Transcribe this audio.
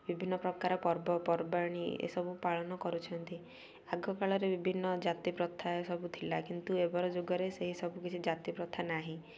ବିଭିନ୍ନ ପ୍ରକାର ପର୍ବପର୍ବାଣି ଏସବୁ ପାଳନ କରୁଛନ୍ତି ଆଗ କାଳରେ ବିଭିନ୍ନ ଜାତି ପ୍ରଥା ଏସବୁ ଥିଲା କିନ୍ତୁ ଏବର ଯୁଗରେ ସେହି ସବୁ କିଛି ଜାତି ପ୍ରଥା ନାହିଁ